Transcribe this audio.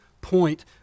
point